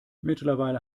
mittlerweile